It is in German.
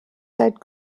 seit